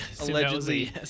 allegedly